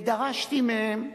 דרשתי מהם,